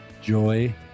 Joy